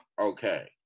okay